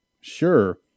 sure